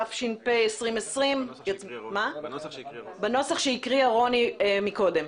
התש"ף-2020 בנוסח שהקריאה רוני קודם?